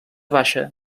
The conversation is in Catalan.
baixa